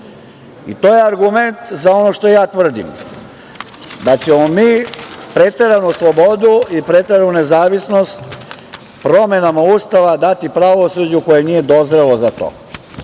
To je argument za ono što ja tvrdim da ćemo mi preteranu slobodu i preteranu nezavisnost promena Ustava dati pravosuđu koje nije dozrelo za to. Evo